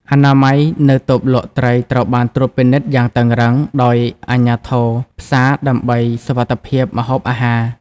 អនាម័យ នៅតូបលក់ត្រីត្រូវបានត្រួតពិនិត្យយ៉ាងតឹងរ៉ឹងដោយអាជ្ញាធរផ្សារដើម្បីសុវត្ថិភាពម្ហូបអាហារ។